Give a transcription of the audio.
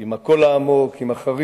עם הקול העמוק, עם הכריזמה.